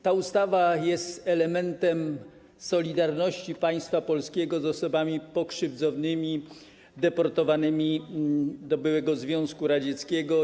Ta ustawa jest elementem solidarności państwa polskiego z osobami pokrzywdzonymi, deportowanymi do byłego Związku Radzieckiego.